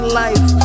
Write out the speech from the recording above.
life